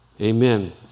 Amen